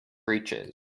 breeches